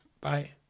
Bye